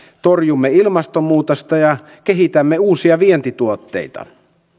torjumme ilmastonmuutosta ja kehitämme uusia vientituotteita